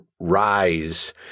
rise